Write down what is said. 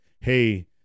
hey